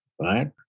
right